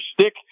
stick